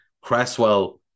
Cresswell